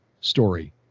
story